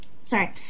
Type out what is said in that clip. sorry